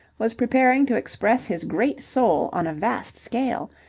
was preparing to express his great soul on a vast scale.